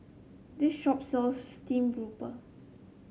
this shop sells stream grouper